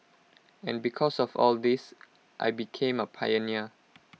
and because of all this I became A pioneer